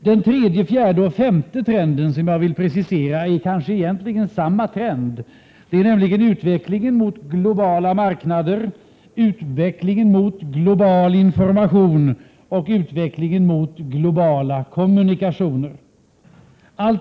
Den tredje, fjärde och femte trenden som jag vill precisera är kanske egentligen samma trend, nämligen utvecklingen mot globala marknader, utvecklingen mot global information och utvecklingen mot globala kommunikationer.